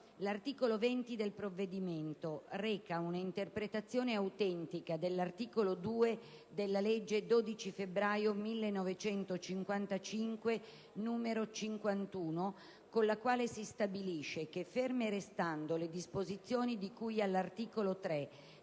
l'articolo 20 del provvedimento reca una interpretazione autentica dell'articolo 2 della legge 12 febbraio 1955, n. 51, con la quale si stabilisce che ferme restando le disposizioni di cui all'articolo 3